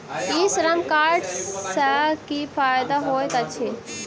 ई श्रम कार्ड सँ की फायदा होइत अछि?